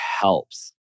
helps